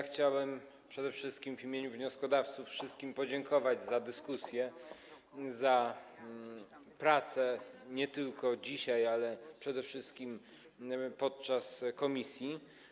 Chciałem przede wszystkim w imieniu wnioskodawców wszystkim podziękować za dyskusję, za pracę nie tylko dzisiaj, ale przede wszystkim w komisji.